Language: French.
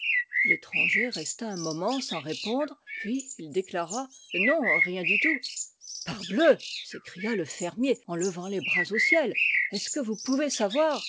l'étranger resta un moment sans répondre puis il déclara non rien du tout parbleu s'écria le fermier en levant les bras au ciel est-ce que vous pouvez savoir